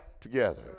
together